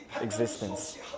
existence